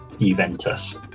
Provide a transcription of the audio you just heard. Juventus